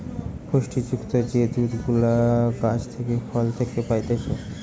পুষ্টি যুক্ত যে দুধ গুলা গাছ থেকে, ফল থেকে পাইতেছে